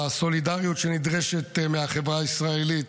בסולידריות שנדרשת מהחברה הישראלית,